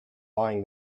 lying